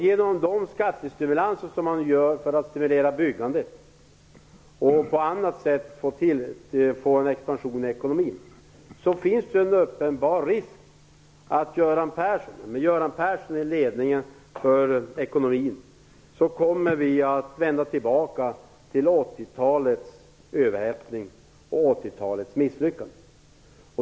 Genom de skattestimulanser som man gör för att stimulera byggandet och på annat sätt för att få tillväxt i ekonomin finns det en uppenbar risk att vi med Göran Persson i ledningen för ekonomin kommer att vända tillbaka till 80-talets överhettning och 80-talets misslyckanden.